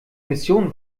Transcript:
mission